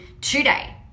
today